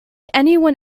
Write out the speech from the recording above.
anyone